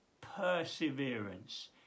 Perseverance